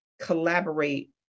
collaborate